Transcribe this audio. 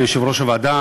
ליושב-ראש הוועדה,